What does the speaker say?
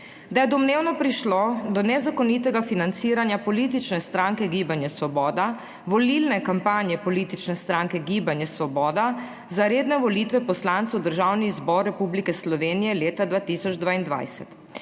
da je domnevno prišlo do nezakonitega financiranja politične stranke Gibanje Svoboda, volilne kampanje politične stranke Gibanje svoboda za redne volitve poslancev v Državni zbor Republike Slovenije leta 2022